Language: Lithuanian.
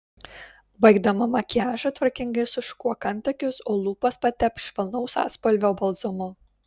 baigdama makiažą tvarkingai sušukuok antakius o lūpas patepk švelnaus atspalvio balzamu